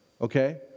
okay